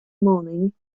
morning